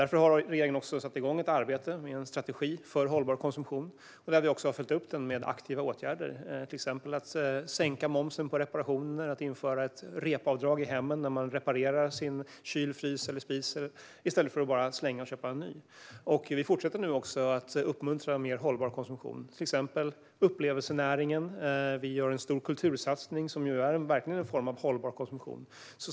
Regeringen har därför satt igång ett arbete med en strategi för hållbar konsumtion. Vi har följt upp den med aktiva åtgärder, till exempel genom att sänka momsen på reparationer. Vi inför alltså ett REP-avdrag i hemmen då man reparerar sin kyl, frys eller spis i stället för att slänga och köpa nytt. Vi fortsätter att uppmuntra mer hållbar konsumtion, till exempel upplevelsenäringen. Vi gör en stor kultursatsning, som verkligen är en form av hållbar konsumtion.